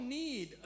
need